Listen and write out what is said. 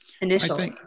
initially